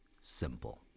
simple